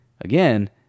Again